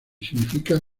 significa